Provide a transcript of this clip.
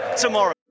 tomorrow